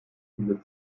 ziele